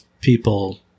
people